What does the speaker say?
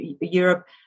Europe